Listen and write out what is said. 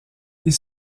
ils